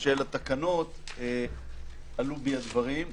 של התקנות עלו בי הדברים,